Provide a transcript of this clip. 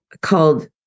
called